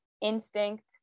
instinct